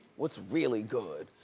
what's really good?